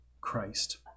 Christ